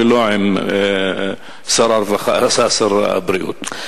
ולא עם שר הבריאות.